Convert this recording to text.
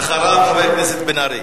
אחריו, חבר הכנסת בן-ארי.